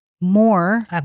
more